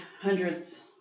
hundreds